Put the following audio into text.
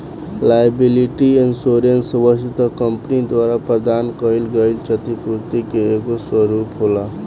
liability insurance वस्तुतः company द्वारा प्रदान कईल गईल छतिपूर्ति के एगो स्वरूप होला